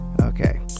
Okay